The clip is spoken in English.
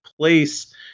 place